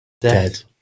Dead